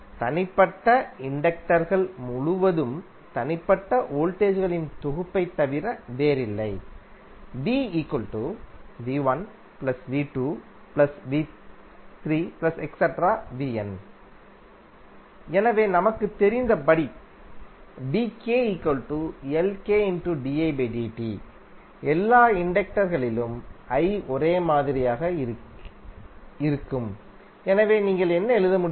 தனிப்பட்ட இண்டக்டர்கள் முழுவதும் தனிப்பட்ட வோல்டேஜ் களின் தொகுப்பைத் தவிர வேறில்லை எனவே நமக்குத் தெரிந்தபடி எல்லா இண்டக்டர்களிலும் i ஒரே மாதிரியாக இருக்கிறேன் எனவே நீங்கள் என்ன எழுத முடியும்